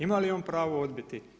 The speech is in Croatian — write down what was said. Ima li on pravo odbiti?